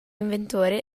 inventore